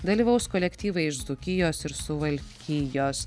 dalyvaus kolektyvai iš dzūkijos ir suvalkijos